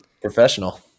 Professional